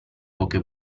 poche